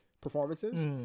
performances